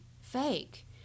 fake